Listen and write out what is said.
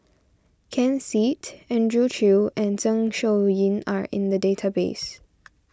Ken Seet Andrew Chew and Zeng Shouyin are in the database